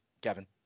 Kevin